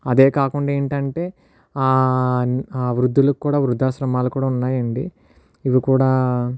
అదే కాకుండా ఏంటంటే వృద్ధులకు కూడా వృద్ధాశ్రమాలు కూడా ఉన్నాయండి ఇవి కూడా